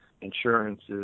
insurances